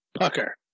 Pucker